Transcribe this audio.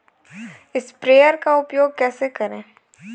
Sprayer का उपयोग कैसे करें?